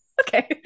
Okay